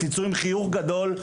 תצאו עם חיוך גדול,